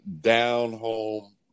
down-home